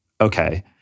okay